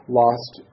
lost